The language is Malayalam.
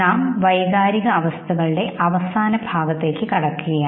നാം വൈകാരിക അവസ്ഥകളുടെ അവസാന ഭാഗത്തേക്ക് കടക്കുകയാണ്